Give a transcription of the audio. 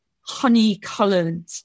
honey-coloured